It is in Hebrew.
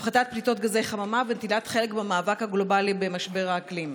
הפחתת פליטות גזי חממה ונטילת חלק במאבק הגלובלי במשבר האקלים.